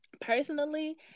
personally